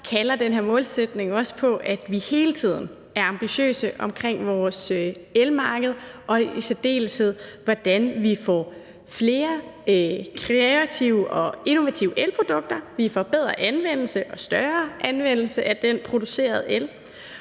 kalder den her målsætning også på, at vi hele tiden er ambitiøse omkring vores elmarked, og i særdeleshed hvordan vi får flere kreative og innovative elprodukter, vi får bedre og større anvendelse af den producerede el,